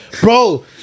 bro